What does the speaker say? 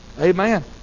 Amen